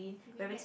green hat